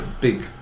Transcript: big